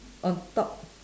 on top